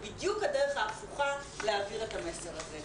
בדיוק הדרך ההפוכה להעביר את המסר הזה.